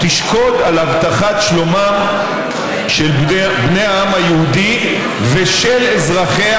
"תשקוד על הבטחת שלומם של בני העם היהודי ושל אזרחיה